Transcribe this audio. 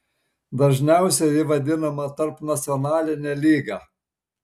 dažniausiai ji vadinama tarpnacionaline lyga